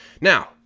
now